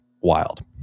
wild